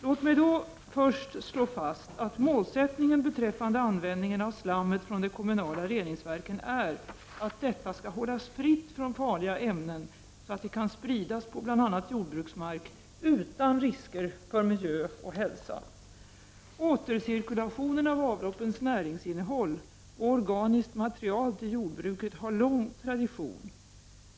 Låt mig först slå fast att målsättningen beträffande användningen av slammet från de kommunala reningsverken är att detta skall hållas fritt från farliga ämnen så att det kan spridas på bl.a. jordbruksmark utan risker för miljö och hälsa. Återcirkulationen av avloppens näringsinnehåll och organiskt material till jordbruket har lång tradition.